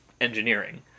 engineering